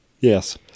Yes